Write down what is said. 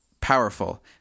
powerful